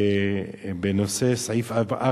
סעיף 4,